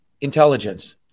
intelligence